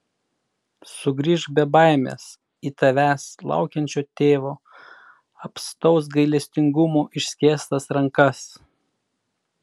sugrįžk be baimės į tavęs laukiančio tėvo apstaus gailestingumo išskėstas rankas